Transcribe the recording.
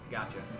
Gotcha